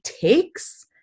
takes